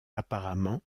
apparemment